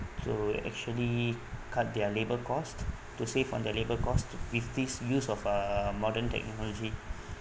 to actually cut their labour cost to save on the labour costs with these use of uh modern technology